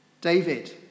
David